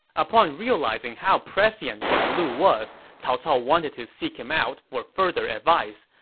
upon realizing how prescient guan lu was, cao cao wanted to seek him out for further advice,